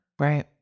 Right